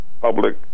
public